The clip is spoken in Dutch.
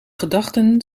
gedachten